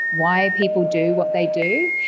why people do what they do.